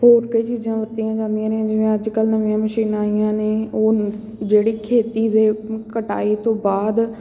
ਹੋਰ ਕਈ ਚੀਜ਼ਾਂ ਵਰਤੀਆਂ ਜਾਂਦੀਆਂ ਨੇ ਜਿਵੇਂ ਅੱਜ ਕੱਲ੍ਹ ਨਵੀਆਂ ਮਸ਼ੀਨਾਂ ਆਈਆਂ ਨੇ ਉਹ ਜਿਹੜੀ ਖੇਤੀ ਦੇ ਕਟਾਈ ਤੋਂ ਬਾਅਦ